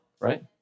right